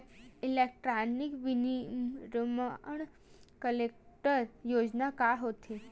Electronic विनीर्माण cluster योजना का होथे?